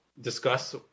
discuss